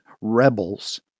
rebels